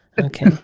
okay